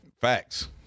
Facts